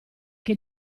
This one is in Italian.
che